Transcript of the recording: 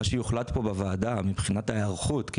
מה שיוחלט פה בוועדה מבחינת ההיערכות כי